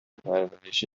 پرورش